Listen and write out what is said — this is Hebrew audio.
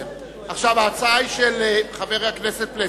ההצעה היא של חבר הכנסת פלסנר.